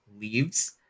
leaves